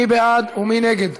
מי בעד ומי נגד?